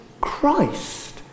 Christ